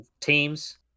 teams